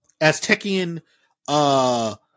Aztecian